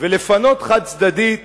ולפנות חד-צדדית